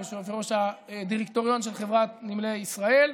יושב-ראש הדירקטוריון של חברת נמלי ישראל.